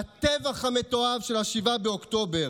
בטבח המתועב של 7 באוקטובר,